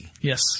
yes